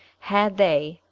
had they,